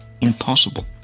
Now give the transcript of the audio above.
impossible